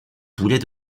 boulet